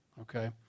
Okay